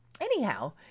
Anyhow